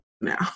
now